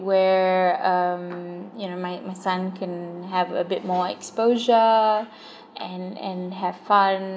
where um you know my my son can have a bit more exposure and and have fun